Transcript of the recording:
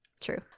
True